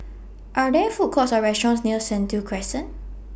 Are There Food Courts Or restaurants near Sentul Crescent